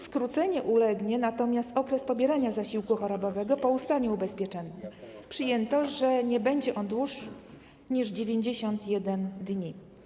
Skróceniu ulegnie natomiast okres pobierania zasiłku chorobowego po ustaniu ubezpieczenia - przyjęto, że nie będzie on dłuższy niż 91 dni.